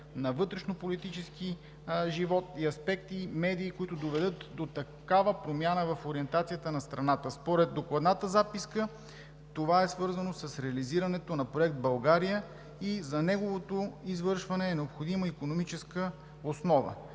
на вътрешнополитическия живот в различните му аспекти – и медии, които да доведат до такава промяна в ориентацията на страната. Според докладната записка това е свързано с реализирането на Проект „България“ и за неговото извършване е необходима икономическа основа.